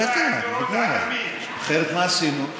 בטח, בוודאי, אחרת, מה עשינו?